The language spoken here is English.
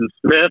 Smith